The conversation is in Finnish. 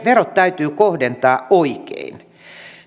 verot täytyy kohdentaa oikein